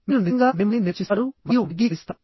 మీరు నిజంగా మిమ్మల్ని నిర్వచిస్తారు మరియు వర్గీకరిస్తారు